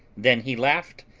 then he laughed,